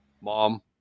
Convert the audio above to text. mom